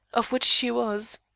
of which she was,